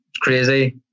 crazy